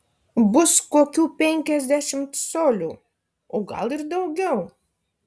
bus kokių penkiasdešimt colių o gal ir daugiau